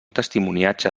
testimoniatge